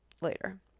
later